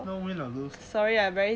there's no win or lose